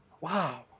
Wow